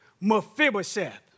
Mephibosheth